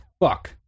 Fuck